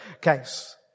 case